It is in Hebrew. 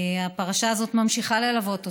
הפרשה הזאת ממשיכה ללוות אותנו.